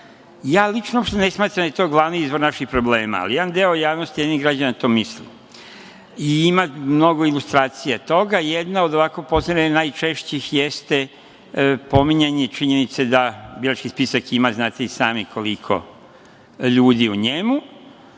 Lično uopšte ne smatram da je to glavni izvor naših problema, ali jedan deo javnosti i građana to misli i ima mnogo ilustracija toga. Jedna od najčešćih jeste pominjanje činjenice da birački spisak ima, znate i sami koliko ljudi u njemu,